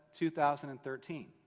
2013